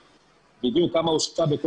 כי אני לא ידעתי שזו הבקשה שלכם.